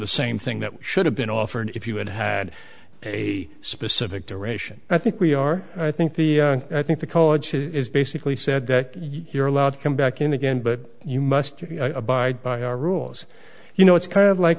the same thing that should have been offered if you had had a specific direction i think we are i think the i think the call is basically said that you're allowed to come back in again but you must abide by our rules you know it's kind of like